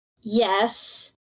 yes